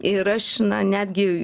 ir aš na netgi